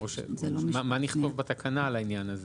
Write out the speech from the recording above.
מה נכתוב בתקנה על העניין הזה?